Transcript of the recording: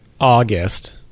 August